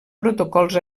protocols